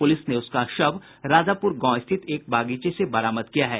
police ने उसका शव राजापुर गांव स्थित एक बागीचे से बरामद किया है